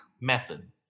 method